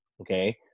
okay